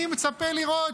אני מצפה לראות.